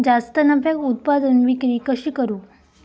जास्त नफ्याक उत्पादन विक्री कशी करू?